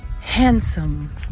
handsome